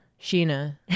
Sheena